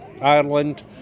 Ireland